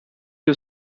you